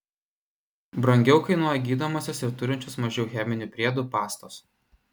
brangiau kainuoja gydomosios ir turinčios mažiau cheminių priedų pastos